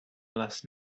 last